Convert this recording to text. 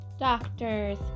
doctors